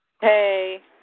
Hey